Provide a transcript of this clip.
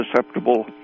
susceptible